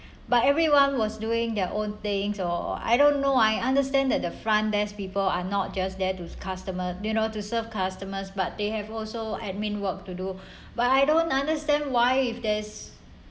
but everyone was doing their own things or I don't know I understand that the front desk people are not just there to customer you know to serve customers but they have also admin work to do but I don't understand why if there's